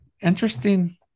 interesting